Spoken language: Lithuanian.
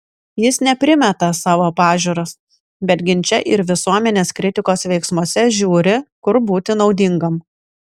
jis ne primeta savo pažiūras bet ginče ir visuomenės kritikos veiksmuose žiūri kur būti naudingam